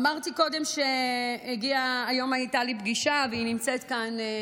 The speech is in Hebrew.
אמרתי קודם שהיום הייתה לי פגישה, והיא נמצאת כאן,